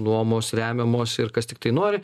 nuomos remiamos ir kas tiktai nori